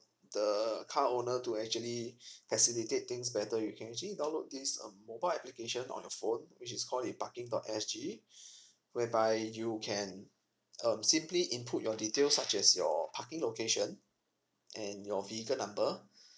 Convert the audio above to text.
the car owner to actually facilitate things better you can actually download this um mobile application on your phone which is call a parking dot S G whereby you can um simply input your details such as your parking location and your vehicle number